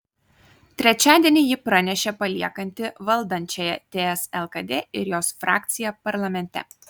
trečiadienį ji pranešė paliekanti valdančiąją ts lkd ir jos frakciją parlamente